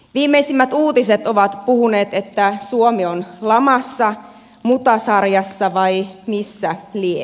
viimeisimmät uutiset ovat puhuneet että suomi on lamassa mutasarjassa vai missä lie